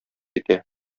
итә